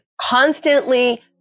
constantly